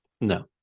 No